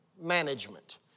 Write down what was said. management